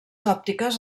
òptiques